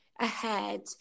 ahead